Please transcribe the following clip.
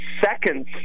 seconds